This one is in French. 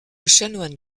chanoine